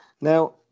Now